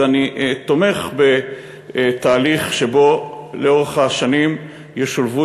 ואני תומך בתהליך שבו לאורך השנים ישולבו